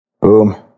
Boom